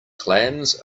clams